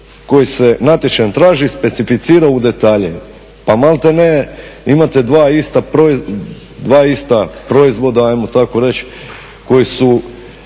koji se natječajem traži specificira u detalje. Pa malte ne imate dva ista proizvoda ajmo tako reći koji su